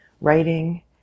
writing